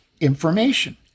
information